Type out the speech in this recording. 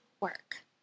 work